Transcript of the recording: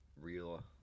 real